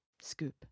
scoop